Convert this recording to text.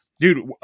Dude